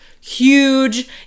huge